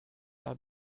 l’a